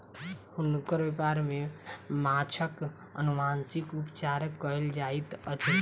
हुनकर व्यापार में माँछक अनुवांशिक उपचार कयल जाइत अछि